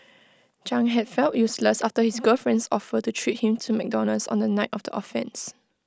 chang had felt useless after his girlfriend's offer to treat him to McDonald's on the night of the offences